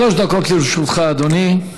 שלוש דקות לרשותך, אדוני.